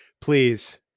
Please